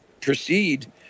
proceed